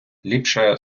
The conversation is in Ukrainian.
ліпше